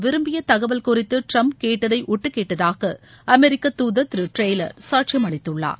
விரும்பிய தகவல் குறித்து டிரம்ப கேட்டதை ஒட்டுகேட்டதாக அமெரிக்க தூதர் திரு டெய்லர் சாட்சியம் அளித்துள்ளார்